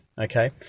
okay